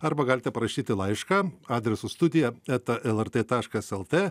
arba galite parašyti laišką adresu studija eta lrt taškas lt